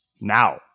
now